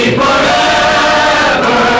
forever